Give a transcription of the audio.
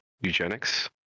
eugenics